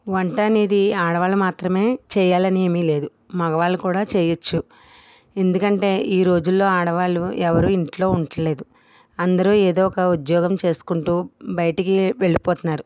వంట అనేది ఆడవాళ్ళు మాత్రమే చేయాలని ఏమీ లేదు మగవాళ్ళు కూడా చేయచ్చు ఎందుకంటే ఈ రోజులలో ఆడవాళ్ళు ఎవరు ఇంట్లో ఉంటలేదు అందరూ ఏదో ఒక ఉద్యోగం చేసుకుంటు బయటికి వెళ్ళిపోతున్నారు